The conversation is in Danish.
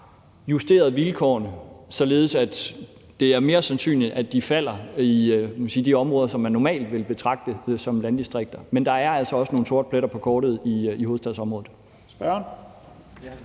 justeret vilkårene, således at det er mere sandsynligt, at midlerne tilfalder de områder, som man normalt ville betragte som landdistrikter, men der er altså også nogle sorte pletter på kortet i hovedstadsområdet.